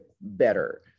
better